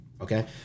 Okay